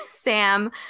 Sam